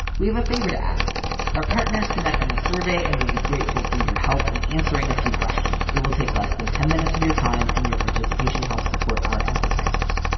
we have a favor to ask our partners conducting a survey and we'll be grateful for your help in answering a few questions. it will take less than ten minutes of your time and your participation helps support our advertisers.